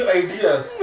ideas